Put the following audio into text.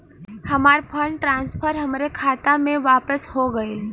हमार fund transfer हमरे खाता मे वापस हो गईल